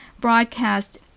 broadcast